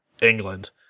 England